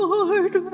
Lord